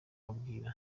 abwira